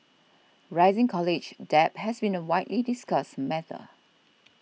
rising college debt has been a widely discussed matter